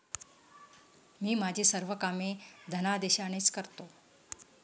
मी माझी सर्व कामे धनादेशानेच करतो